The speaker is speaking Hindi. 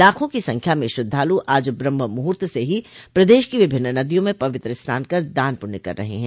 लाखों की संख्या में श्रद्वालु आज ब्रम्हमुहूर्त से ही प्रदेश की विभिन्न नदियों में पवित्र स्नान कर दान पुण्य कर रहे हैं